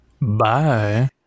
Bye